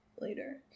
later